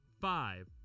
five